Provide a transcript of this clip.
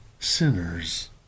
sinners